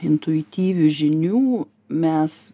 intuityvių žinių mes